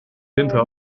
winter